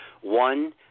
one